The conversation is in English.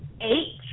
eight